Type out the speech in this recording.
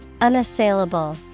Unassailable